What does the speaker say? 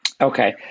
okay